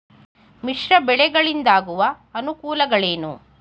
ಮಿಶ್ರ ಬೆಳೆಗಳಿಂದಾಗುವ ಅನುಕೂಲಗಳೇನು?